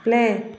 play